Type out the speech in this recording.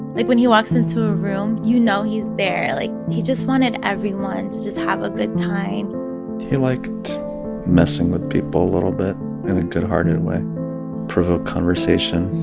like, when he walks into a room, you know he's there. like, he just wanted everyone to just have a good time he liked messing with people a little bit in a good-hearted way provoke conversation,